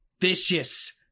vicious